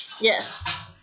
Yes